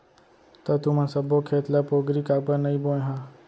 त तुमन सब्बो खेत ल पोगरी काबर नइ बोंए ह?